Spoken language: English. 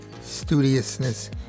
studiousness